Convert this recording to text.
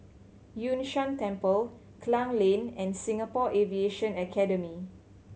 Yun Shan Temple Klang Lane and Singapore Aviation Academy